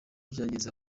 byageze